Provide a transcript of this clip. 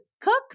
cook